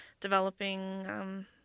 developing